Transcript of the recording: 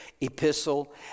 epistle